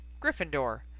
Gryffindor